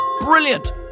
Brilliant